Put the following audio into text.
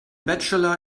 bachelor